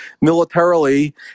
militarily